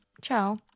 Ciao